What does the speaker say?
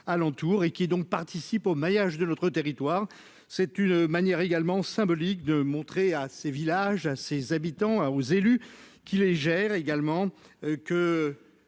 et qui donc participent au maillage de notre territoire, c'est une manière également symbolique de montrer à ces villages à ses habitants à aux élus qui les gère également que